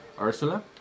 Ursula